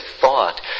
thought